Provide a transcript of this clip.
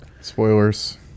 Spoilers